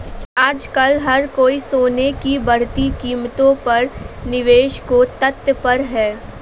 आजकल हर कोई सोने की बढ़ती कीमतों पर निवेश को तत्पर है